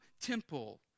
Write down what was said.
temple